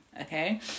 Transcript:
okay